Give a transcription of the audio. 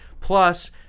Plus